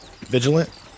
vigilant